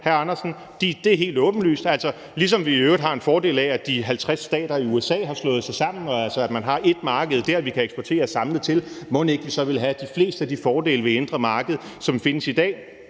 Hans Andersen, for det er helt åbenlyst, at ligesom vi i øvrigt har en fordel af, at de 50 stater i USA har slået sig sammen, og at man altså der har ét marked, vi kan eksportere samlet til, mon ikke vi så vil have de fleste af de fordele ved det indre marked, som findes i dag,